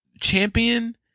champion